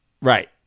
Right